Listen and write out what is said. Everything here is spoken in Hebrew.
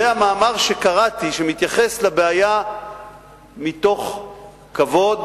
זה המאמר שקראתי, שמתייחס לבעיה מתוך כבוד